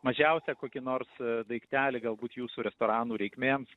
mažiausią kokį nors daiktelį galbūt jūsų restoranų reikmėms